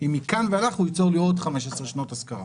אם מכאן ואילך הוא ייצור לי עוד 15 שנות השכרה.